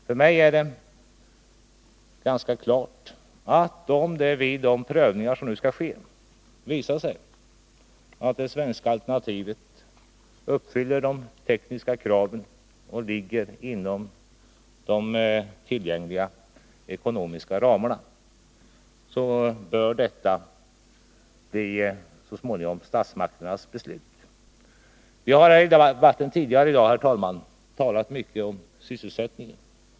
För mig är det ganska klart att om det vid de prövningar som nu skall ske visar sig att det svenska alternativet uppfyller de tekniska kraven och ligger inom de tillgängliga ekonomiska ramarna, så bör detta så småningom bli statsmakternas beslut. Det har tidigare i debatten i dag talats en hel del om sysselsättning.